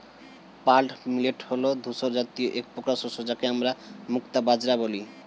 pearl millet হল ধূসর জাতীয় একপ্রকার শস্য যাকে আমরা মুক্তা বাজরা বলি